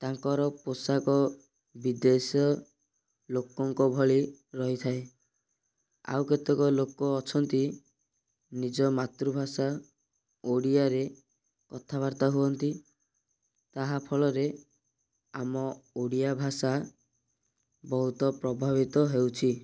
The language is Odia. ତାଙ୍କର ପୋଷାକ ବିଦେଶ ଲୋକଙ୍କ ଭଳି ରହିଥାଏ ଆଉ କେତେକ ଲୋକ ଅଛନ୍ତି ନିଜ ମାତୃଭାଷା ଓଡ଼ିଆରେ କଥାବାର୍ତ୍ତା ହୁଅନ୍ତି ତାହା ଫଳରେ ଆମ ଓଡ଼ିଆ ଭାଷା ବହୁତ ପ୍ରଭାବିତ ହେଉଛି